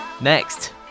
Next